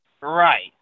Right